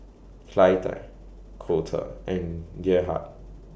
Clytie Colter and Gerhard